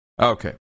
Okay